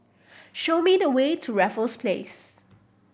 show me the way to Raffles Place